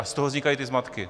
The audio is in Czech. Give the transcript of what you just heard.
A z toho vznikají ty zmatky.